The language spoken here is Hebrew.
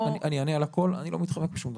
אני אענה על הכל, אני לא מתחמק משום דבר.